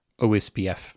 OSPF